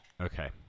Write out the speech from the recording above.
Okay